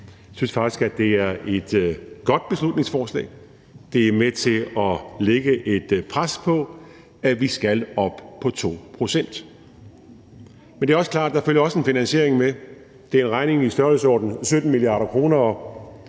Jeg synes faktisk, det er et godt beslutningsforslag. Det er med til at lægge et pres på, at vi skal op på 2 pct. Men det er også klart, at der også følger en finansiering med. Det er en regning i størrelsesordenen 17 mia. kr.,